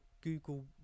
google